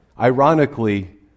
Ironically